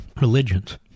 religions